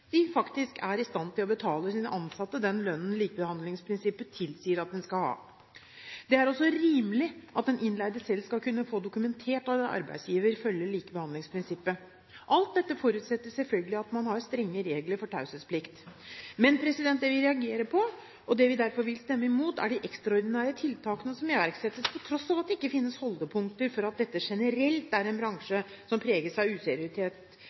er i stand til å betale sine ansatte den lønnen som likebehandlingsprinsippet tilsier at de skal ha. Det er også rimelig at den innleide selv skal kunne få dokumentert at arbeidsgiver følger likebehandlingsprinsippet. Alt dette forutsetter selvfølgelig at man har strenge regler for taushetsplikt. Det vi reagerer på og derfor vil stemme imot, er de ekstraordinære tiltakene som iverksettes, til tross for at det ikke finnes holdepunkter for at dette generelt er en bransje som preges av useriøsitet